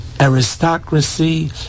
aristocracy